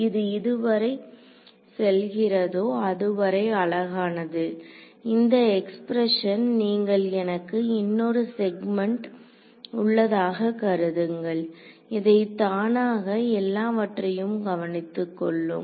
இது இதுவரை செல்கிறதோ அதுவரை அழகானது இந்த எக்ஸ்பிரஷன் நீங்கள் எனக்கு இன்னொரு செக்மெண்ட் உள்ளதாக கருதுங்கள் இது தானாக எல்லாவற்றையும் கவனித்துக் கொள்ளும்